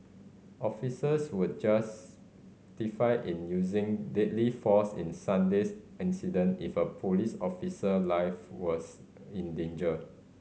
officers would justified in using deadly force in Sunday's incident if a police officer life was in danger